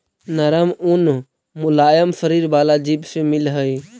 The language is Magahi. नरम ऊन मुलायम शरीर वाला जीव से मिलऽ हई